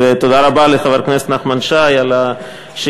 ותודה רבה לחבר הכנסת נחמן שי על השאילתה.